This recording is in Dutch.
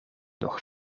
nog